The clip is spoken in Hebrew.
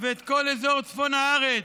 ואת כל אזור צפון הארץ,